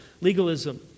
legalism